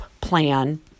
plan